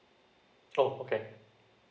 oh okay